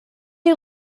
you